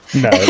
No